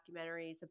documentaries